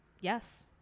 Yes